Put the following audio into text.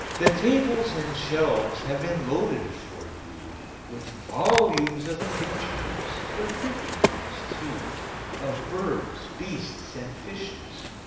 the tables and shelves have been loaded for you with volumes of pictures they're pretty ones, too of birds, beasts, and fishes,